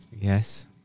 yes